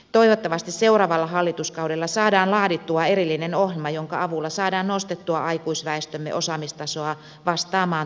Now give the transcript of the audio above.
toivottavasti seuraavalla hallituskaudella saadaan laadittua erillinen ohjelma jonka avulla saadaan nostettua aikuisväestömme osaamistasoa vastaamaan työmarkkinoiden tarpeita